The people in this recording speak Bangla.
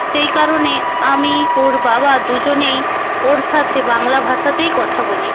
সেই কারণে আমি ওর বাবা দুজনেই ওর সাথে বাংলা ভাষাতেই কথা বলি